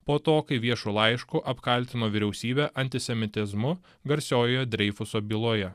po to kai viešu laišku apkaltino vyriausybę antisemitizmu garsiojoje dreifuso byloje